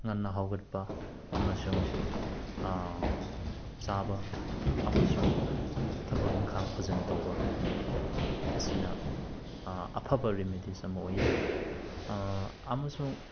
ꯉꯟꯅ ꯍꯧꯒꯠꯄ ꯑꯃꯁꯨꯡ ꯆꯥꯕ ꯑꯃꯁꯨꯡ ꯊꯕꯛ ꯏꯪꯈꯥꯡ ꯐꯖꯅ ꯇꯧꯕ ꯑꯁꯤꯅ ꯑꯐꯕ ꯔꯤꯃꯤꯗꯤꯁ ꯑꯃ ꯑꯣꯏ ꯑꯃꯁꯨꯡ